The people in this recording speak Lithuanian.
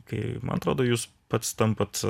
kai man atrodo jūs pats tampat